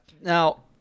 Now